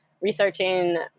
researching